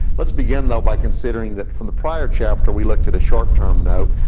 let's begin though, by considering that from the prior chapter, we looked at a short term note.